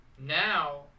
now